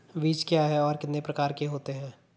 बीज क्या है और कितने प्रकार के होते हैं?